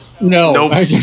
No